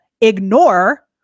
ignore